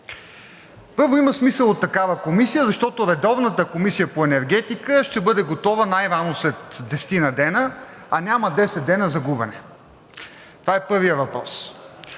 Има смисъл от такава комисия, защото редовната Комисия по енергетика ще бъде готова най-рано след 10-ина дена, а няма 10 дена за губене. Това е първият въпрос.